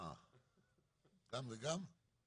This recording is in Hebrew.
גם וגם?